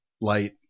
light